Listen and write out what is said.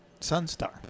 Sunstar